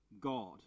god